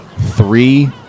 three